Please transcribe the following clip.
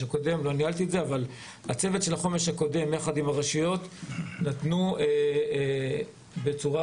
הקודם הצוות יחד עם הרשויות נתנו בצורה